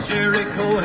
Jericho